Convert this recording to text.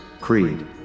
creed